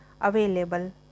available